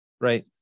right